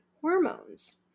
hormones